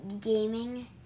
gaming